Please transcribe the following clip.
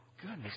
Goodness